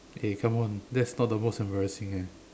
eh come on that's not the most embarrassing eh